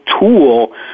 tool